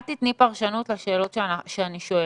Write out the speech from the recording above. אל תתני פרשנות לשאלות שאני שואלת.